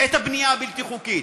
את הבנייה הבלתי-חוקית.